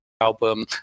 album